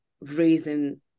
raising